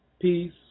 peace